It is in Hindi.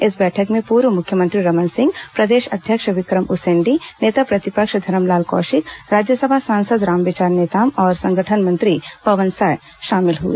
इस बैठक में पूर्व मुख्यमंत्री रमन सिंह प्रदेश अध्यक्ष विक्रम उसेंडी नेता प्रतिपक्ष धरमलाल कौशिक राज्यसभा सांसद रामविचार नेताम और संगठन मंत्री पवन साय शामिल हुए